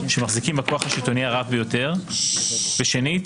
שמחזיקים בכוח השלטוני הרב ביותר; ושנית,